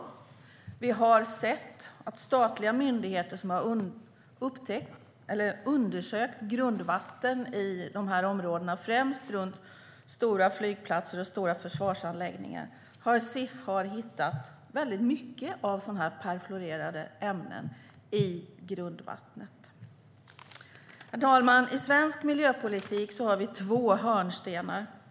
Herr talman! I svensk miljöpolitik har vi två hörnstenar.